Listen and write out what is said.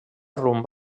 rumb